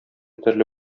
төрле